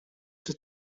czy